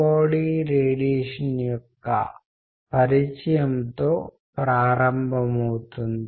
వాటికి కీలకమైన లింక్ కూడా అక్కడ అందించబడుతుంది